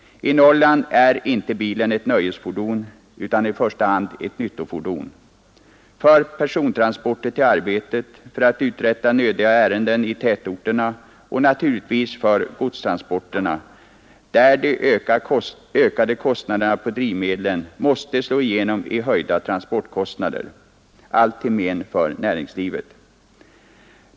I Norrland är inte bilen ett nöjesfordon utan i första hand ett nyttofordon för persontransporter till arbetet, för att uträtta nödvändiga ärenden i tätorterna och naturligtvis för godstransporterna där de ökade kostnaderna för drivmedel måste komma att slå igenom i höjda transportkostnader, allt till men för näringslivet.